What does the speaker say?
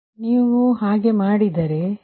ಆದ್ದರಿಂದ ನೀವು ಹಾಗೆ ಮಾಡಿದರೆ 22max0